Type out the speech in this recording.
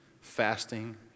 Fasting